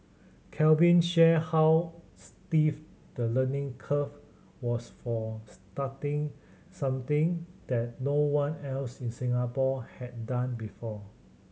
Calvin shared how steep the learning curve was for starting something that no one else in Singapore had done before